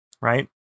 right